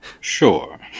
Sure